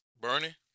Bernie